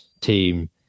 team